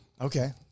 Okay